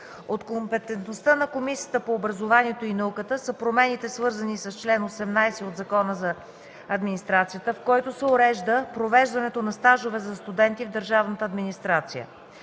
От компетентността на Комисията по образованието и науката са промените, свързани с чл. 18 от Закона за администрацията, в който се урежда провеждането на стажове за студенти в държавната администрация.